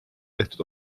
tehtud